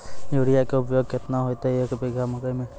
Urea के उपयोग केतना होइतै, एक बीघा मकई मे?